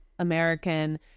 American